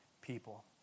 people